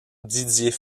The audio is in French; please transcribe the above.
didier